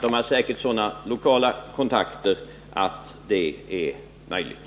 Man har säkert sådana lokala kontakter att det är möjligt.